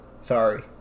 Sorry